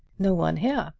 no one here!